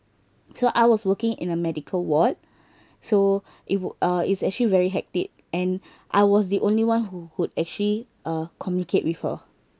so I was working in a medical ward so it wo~ uh it's actually very hectic and I was the only one who would actually uh communicate with her